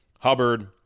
Hubbard